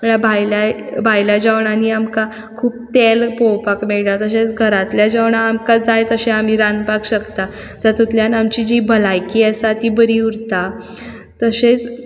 भायल्या भायल्या जेवणांनी आमकां खूब तेल पोवपाक मेळटा तशेंच घरांतल्या जेवणां आमी जाय तशें रांदपाक शकता जातुंतल्यान आमची जी भलायकी आसा ती बरी उरता तशेंच